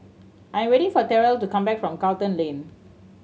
I am waiting for Terell to come back from Charlton Lane